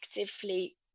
actively